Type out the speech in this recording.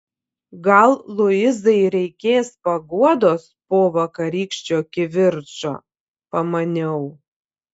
gal luizai reikės paguodos po vakarykščio kivirčo pamaniau